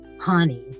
honey